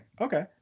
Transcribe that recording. Okay